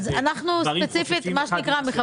דברים חופפים אחד לשני.